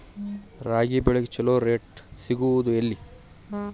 ರಾಗಿ ಬೆಳೆಗೆ ಛಲೋ ರೇಟ್ ಸಿಗುದ ಎಲ್ಲಿ?